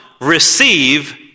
Receive